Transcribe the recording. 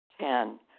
Ten